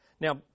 now